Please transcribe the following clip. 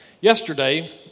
yesterday